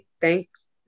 thanks